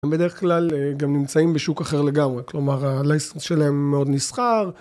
הם בדרך כלל גם נמצאים בשוק אחר לגמרי, כלומר הלייסטר שלהם מאוד נסחר.